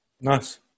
nice